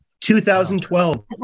2012